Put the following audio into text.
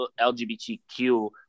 LGBTQ